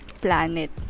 planet